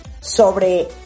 sobre